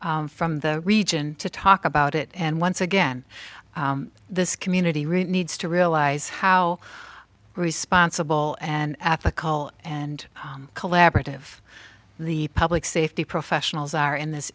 from the region to talk about it and once again this community really needs to realize how responsible and ethical and collaborative the public safety professionals are in this